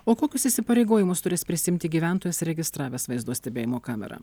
o kokius įsipareigojimus turės prisiimti gyventojas registravęs vaizdo stebėjimo kamerą